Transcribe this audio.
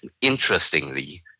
interestingly